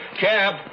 cab